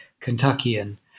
Kentuckian